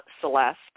Celeste